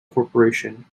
corporation